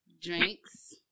Drinks